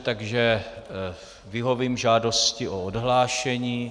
Takže vyhovím žádosti o odhlášení.